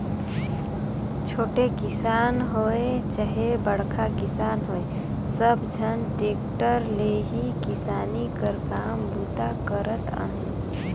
छोटे किसान होए चहे बड़खा किसान होए सब झन टेक्टर ले ही किसानी कर काम बूता करत अहे